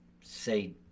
say